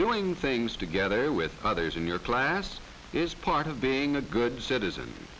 doing things together with others in your class is part of being a good citizen